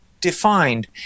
defined